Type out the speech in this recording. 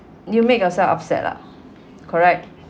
you make yourself upset lah correct